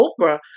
Oprah